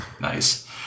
Nice